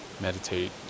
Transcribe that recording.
meditate